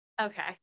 okay